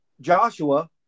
Joshua